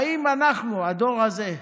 האם אנחנו, הדור הזה,